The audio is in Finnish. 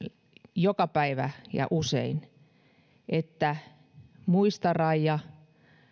joka päivä ja usein että muista raija